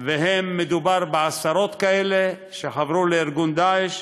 ומדובר בעשרות כאלה, שחברו לארגון "דאעש"